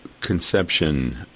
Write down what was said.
conception